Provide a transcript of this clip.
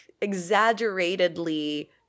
exaggeratedly